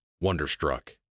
Wonderstruck